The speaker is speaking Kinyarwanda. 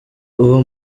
uwo